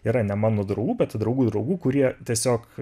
yra ne mano draugų bet draugų draugų kurie tiesiog